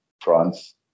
France